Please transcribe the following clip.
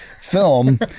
film